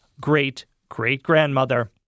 great-great-grandmother